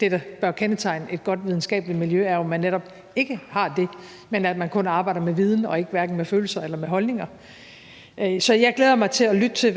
det, der bør kendetegne et godt videnskabeligt miljø, er jo, at man netop ikke har fordomme, men at man netop arbejder med viden og ikke med hverken følelser eller holdninger. Så jeg glæder mig til at lytte til,